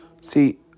See